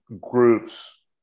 groups